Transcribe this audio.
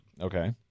Okay